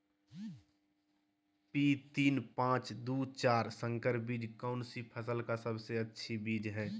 P तीन पांच दू चार संकर बीज कौन सी फसल का सबसे अच्छी बीज है?